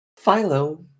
Philo